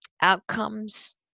Outcomes